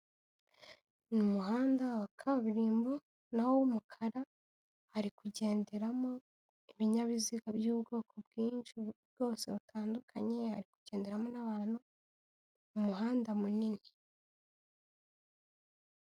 Mu umuhanda wa kaburimbo nawo w'umukara hari kugenderamo ibinyabiziga by'ubwoko bwinshi bwose butandukanye, hari kugerandemo n'abantu, umuhanda munini.